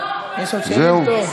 לא, הכול בסדר.